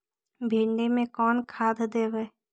भिंडी में कोन खाद देबै?